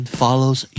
follows